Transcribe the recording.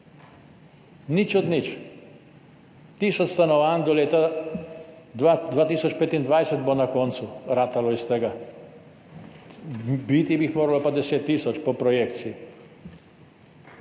Nič od nič. Tisoč stanovanj do leta 2025 bo na koncu nastalo iz tega, biti pa bi jih moralo 10 tisoč po projekciji.